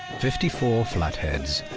fifty four flat heads,